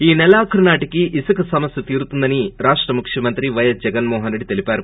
ఈ నెలాఖరు నాటికి ఇసుక సమస్య తీరుతుందని అంధ్రప్రదేశ్ ముఖ్యమంత్రి వైఎస్ జగన్మోహన్రెడ్డి తెలిపారు